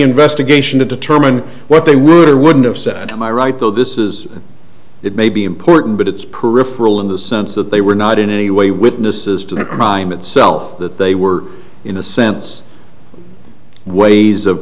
investigation to determine what they would or wouldn't have said am i right though this is it may be important but it's peripheral in the sense that they were not in any way witnesses to the crime itself that they were in a sense ways of